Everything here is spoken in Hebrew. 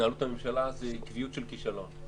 בהתנהלות הממשלה זו עקביות של כישלון.